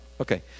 okay